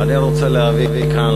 ואני רוצה להביא כאן,